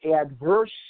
adverse